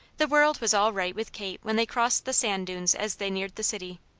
the world was all right with kate when they crossed the sand dunes as they neared the city.